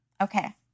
Okay